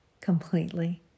completely